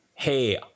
hey